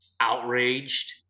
outraged